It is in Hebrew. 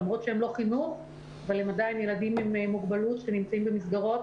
למרות שהם לא חינוך אבל הם עדיין ילדים עם מוגבלות ונמצאים במסגרות